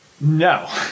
No